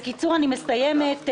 מסיימת,